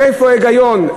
איפה ההיגיון?